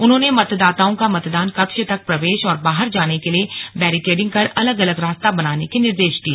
उन्होंने मतदाताओं का मतदान कक्ष तक प्रवेश और बाहर जाने के लिए बैरिकेडिंग कर अलग अलग रास्ता बनाने के निर्देश दिए